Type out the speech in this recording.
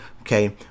Okay